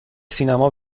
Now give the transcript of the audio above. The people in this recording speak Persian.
سینما